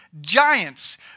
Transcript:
giants